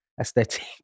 aesthetic